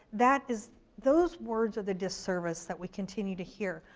that is, those words are the disservice that we continue to hear.